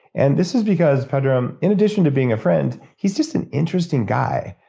and this is because pedram, in addition to being a friend he's just an interesting guy.